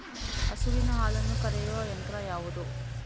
ಹಸುವಿನ ಹಾಲನ್ನು ಕರೆಯುವ ಯಂತ್ರ ಯಾವುದು?